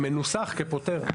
זה מנוסח כפוטר.